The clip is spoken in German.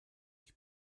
sich